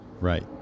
Right